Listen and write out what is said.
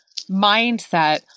mindset